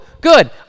good